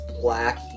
black